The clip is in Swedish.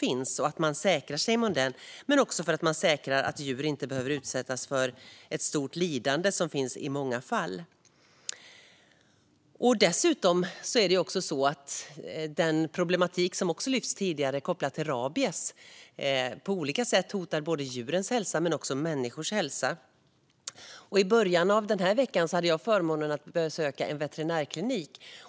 För att försäkra sig om att man inte gör det kan man ta del av checklistor från Tullverket och så vidare. Det handlar om att säkra att djur inte utsätts för stort lidande, vilket i många fall sker. Dessutom är det så att den problematik kopplad till rabies som lyfts tidigare hotar både djurens hälsa och människors hälsa på olika sätt. I början av den här veckan hade jag förmånen att besöka en veterinärklinik.